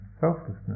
selflessness